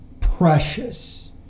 precious